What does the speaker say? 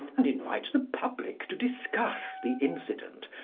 and invite the public to discuss the incident,